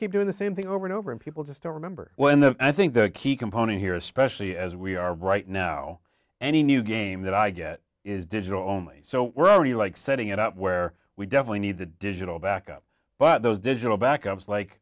keep doing the same thing over and over and people just don't remember when the i think the key component here especially as we are right now any new game that i get is digital only so we're already like setting it up where we definitely need the digital backup but those digital back